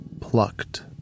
plucked